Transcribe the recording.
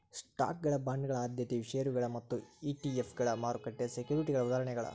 ಸ್ಟಾಕ್ಗಳ ಬಾಂಡ್ಗಳ ಆದ್ಯತೆಯ ಷೇರುಗಳ ಮತ್ತ ಇ.ಟಿ.ಎಫ್ಗಳ ಮಾರುಕಟ್ಟೆ ಸೆಕ್ಯುರಿಟಿಗಳ ಉದಾಹರಣೆಗಳ